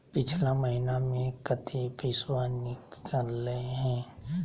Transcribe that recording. पिछला महिना मे कते पैसबा निकले हैं?